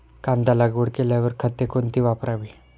कांदा लागवड केल्यावर खते कोणती वापरावी?